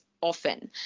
often